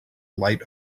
light